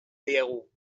diegu